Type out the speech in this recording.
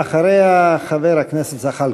ואחריה, חבר הכנסת זחאלקה.